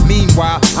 Meanwhile